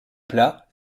plat